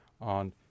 on